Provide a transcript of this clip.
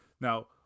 Now